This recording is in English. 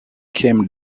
came